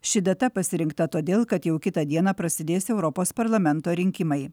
ši data pasirinkta todėl kad jau kitą dieną prasidės europos parlamento rinkimai